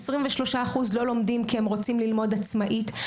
23% לא לומדים כי הם רוצים ללמוד עצמאית,